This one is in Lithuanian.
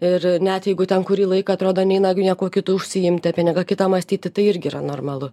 ir net jeigu ten kurį laiką atrodo neima niekuo kitu užsiimti apie nieką kitą mąstyti tai irgi yra normalu